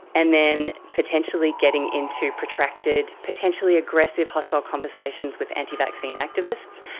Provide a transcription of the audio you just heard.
and then potentially getting into protracted, potentially aggressive hostile conversations with anti-vaccine activists.